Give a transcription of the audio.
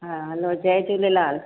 हा हलो जय झूलेलाल